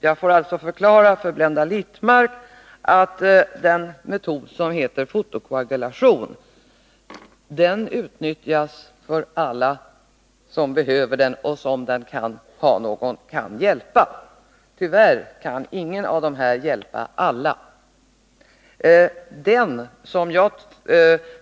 Jag vill förklara för Blenda Littmarck att den metod som kallas fotokoagulation utnyttjas för alla som behöver behandlas med den och som den kan hjälpa. Tyvärr kan ingen av metoderna hjälpa alla.